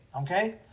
okay